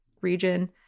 region